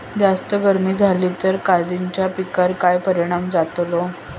जास्त गर्मी जाली तर काजीच्या पीकार काय परिणाम जतालो?